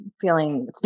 feeling